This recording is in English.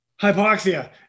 hypoxia